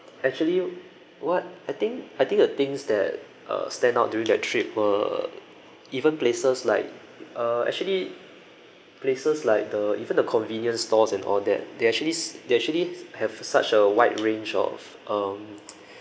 actually what I think I think the things that uh stand out during that trip were even places like uh actually places like the even the convenience stores and all that they actually they actually have such a wide range of um